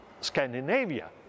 Scandinavia